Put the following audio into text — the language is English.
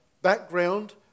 background